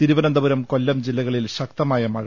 തിരുവനന്തപുരം കൊല്ലും ജില്ലകളിൽ ശക്തമായ മഴ